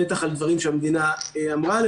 בטח על הדברים שהמדינה אמרה עליהם.